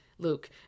Luke